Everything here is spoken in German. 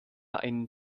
einen